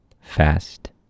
fast